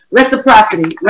reciprocity